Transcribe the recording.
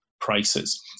prices